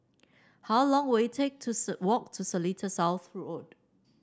how long will it take to walk to Seletar South Road